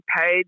paid